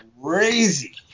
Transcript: Crazy